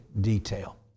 detail